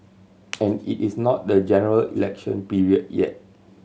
and it is not the General Election period yet